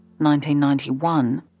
1991